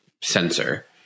sensor